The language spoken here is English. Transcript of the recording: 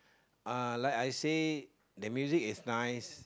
uh like I say the music is nice